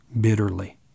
bitterly